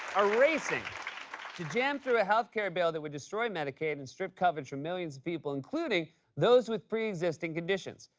are racing to jam through a health care bill that would destroy medicaid and strip coverage for millions of people, including those with preexisting conditions.